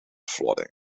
flooding